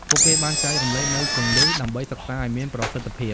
ពួកគេបានចែករំលែកនូវគន្លឹះ ដើម្បីសិក្សាឱ្យមានប្រសិទ្ធភាព។